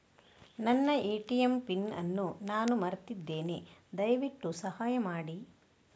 ನನ್ನ ATM PIN ಅನ್ನು ನಾನು ಮರ್ತಿದ್ಧೇನೆ, ದಯವಿಟ್ಟು ಸಹಾಯ ಮಾಡಿ